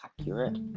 accurate